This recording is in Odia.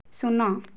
ଶୂନ